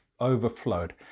overflowed